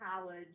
college